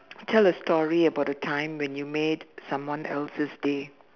tell a story about a time when you made someone else's day